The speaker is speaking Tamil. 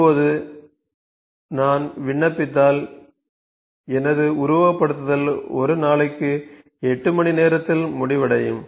இப்போது நான் விண்ணப்பித்தால் எனது உருவகப்படுத்துதல் ஒரு நாளைக்கு 8 மணி நேரத்தில் முடிவடையும்